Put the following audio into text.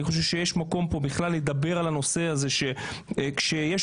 אני חושב שיש כאן מקום לדבר על הנושא הזה שכאשר יש